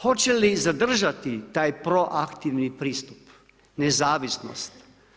Hoće li zadržati taj proaktivni pristup nezavisnosti?